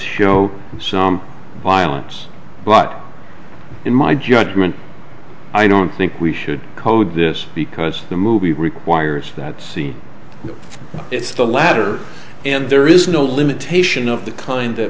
show some violence but in my judgment i don't think we should code this because the movie requires that scene it's the latter and there is no limitation of the kind that